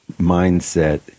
mindset